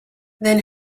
then